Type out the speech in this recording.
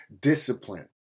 Discipline